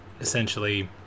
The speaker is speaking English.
essentially